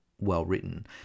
well-written